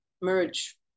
merge